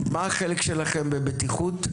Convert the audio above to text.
החלק שלכם בבטיחות,